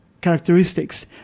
characteristics